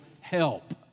help